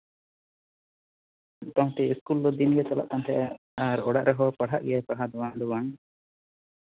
ᱢᱳᱴᱟᱢᱩᱴᱤ ᱤᱥᱠᱩᱞ ᱫᱚ ᱫᱤᱱᱜᱮ ᱪᱟᱞᱟᱜ ᱠᱟᱱ ᱛᱟᱸᱦᱮᱜᱼᱮ ᱟᱨ ᱚᱲᱟᱜ ᱨᱮᱫᱚ ᱯᱟᱲᱦᱟᱜ ᱜᱮᱭᱟᱭ ᱵᱟᱝ ᱫᱚ ᱵᱟᱝ